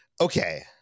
Okay